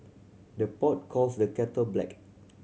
the pot calls the kettle black